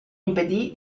impedì